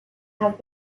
have